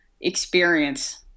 experience